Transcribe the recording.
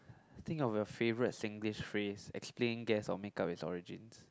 I think of your favourite Singlish phrase explain guess or make-up it's origins